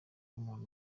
umuntu